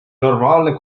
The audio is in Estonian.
normaalne